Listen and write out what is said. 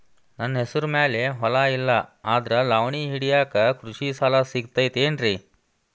ನನ್ನ ಹೆಸರು ಮ್ಯಾಲೆ ಹೊಲಾ ಇಲ್ಲ ಆದ್ರ ಲಾವಣಿ ಹಿಡಿಯಾಕ್ ಕೃಷಿ ಸಾಲಾ ಸಿಗತೈತಿ ಏನ್ರಿ?